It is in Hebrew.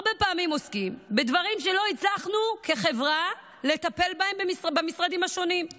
הרבה פעמים עוסקים בדברים שלא הצלחנו כחברה לטפל בהם במשרדים השונים.